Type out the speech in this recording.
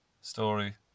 story